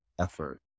effort